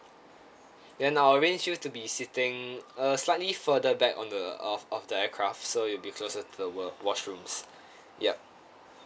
then I'll arrange you to be sitting uh slightly further back on the uh of of the aircraft so you'll be closer to the wo~ washrooms ya